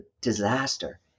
disaster